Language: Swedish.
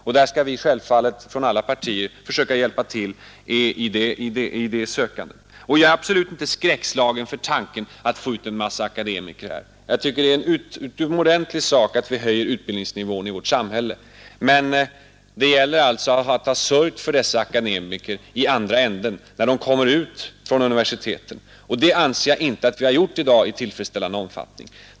Vi skall självfallet från alla partier försöka hjälpa till i det sökandet. Jag är absolut inte skräckslagen inför tanken att få ut en massa akademiker. Det är en utomordentlig sak att vi höjer utbildningsnivån i vårt samhälle, men det gäller att ha sörjt för dessa akademiker i andra änden, när de kommer ut från universiteten. Det anser jag inte att vi hittills har gjort i tillfredsställande omfattning.